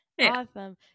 awesome